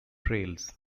trails